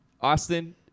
Austin